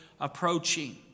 approaching